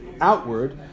outward